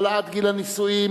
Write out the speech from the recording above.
העלאת גיל הנישואין),